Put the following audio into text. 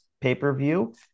pay-per-view